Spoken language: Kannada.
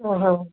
ಹಾಂ ಹಾಂ